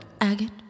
Agate